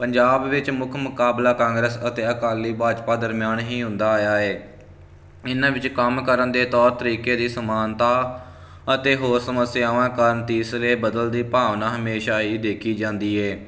ਪੰਜਾਬ ਵਿੱਚ ਮੁੱਖ ਮੁਕਾਬਲਾ ਕਾਂਗਰਸ ਅਤੇ ਅਕਾਲੀ ਭਾਜਪਾ ਦਰਮਿਆਨ ਹੀ ਹੁੰਦਾ ਆਇਆ ਹੈ ਇਹਨਾਂ ਵਿੱਚ ਕੰਮ ਕਰਨ ਦੇ ਤੌਰ ਤਰੀਕੇ ਦੀ ਸਮਾਨਤਾ ਅਤੇ ਹੋਰ ਸਮੱਸਿਆਵਾਂ ਕਾਰਨ ਤੀਸਰੇ ਬਦਲ ਦੀ ਭਾਵਨਾ ਹਮੇਸ਼ਾ ਹੀ ਦੇਖੀ ਜਾਂਦੀ ਹੈ